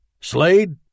Slade